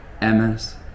Ms